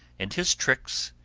and his tricks,